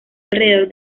alrededor